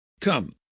come